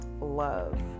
love